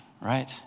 right